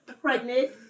pregnant